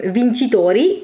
vincitori